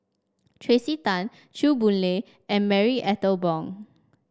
Tracey Tan Chew Boon Lay and Marie Ethel Bong